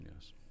Yes